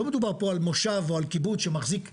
לא מדובר פה על מושב או על קיבוץ שמחזיק קרקע.